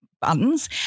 buttons